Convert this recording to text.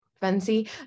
fancy